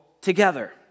together